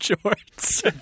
shorts